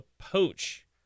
poach